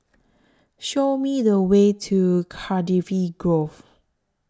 Show Me The Way to Cardifi Grove